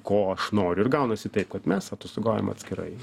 ko aš noriu ir gaunasi taip kad mes atostogaujam atskirai